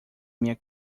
minha